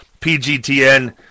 PGTN